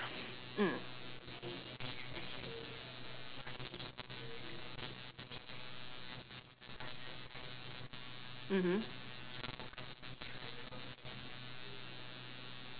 mm mmhmm